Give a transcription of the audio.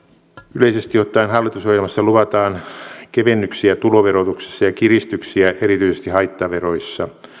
yleisesti ottaen hallitusohjelmassa luvataan kevennyksiä tuloverotuksessa ja kiristyksiä erityisesti haittaveroissa